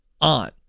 on